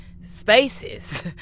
spaces